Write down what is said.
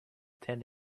ten